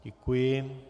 Děkuji.